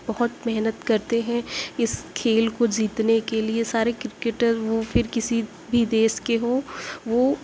بہت محنت کرتے ہیں اس کھیل کو جیتنے کے لیے سارے کرکٹر وہ پھر کسی بھی دیس کے ہوں وہ